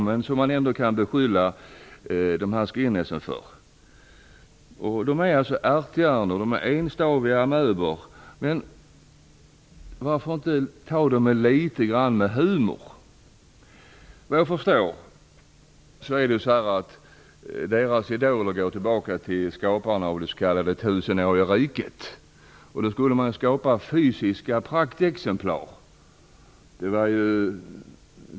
De är ärthjärnor. De är enstaviga amöbor. Men varför inte ta det litet grand med humor? Såvitt jag förstår går deras idoler tillbaka till skaparen av det s.k. tusenåriga riket. Då skulle man skapa fysiska praktexemplar.